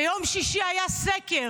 ביום שישי היה סקר.